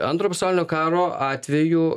antro pasaulinio karo atveju